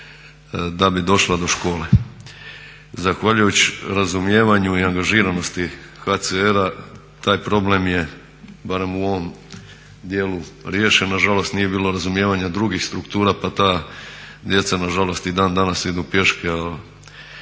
da bi došla do škole. Zahvaljujući razumijevanju i angažiranosti HCR-a taj problem je, barem u ovom dijelu riješen, nažalost nije bilo razumijevanja drugih struktura pa ta djeca nažalost i dan danas idu pješke,